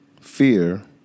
Fear